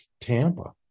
Tampa